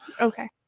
Okay